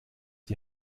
die